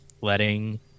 letting